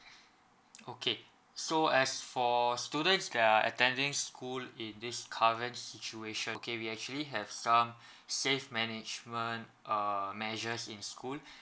okay so as for students they are attending school in this current situation okay we actually have some safe management uh measures in school